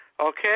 Okay